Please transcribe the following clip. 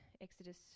Exodus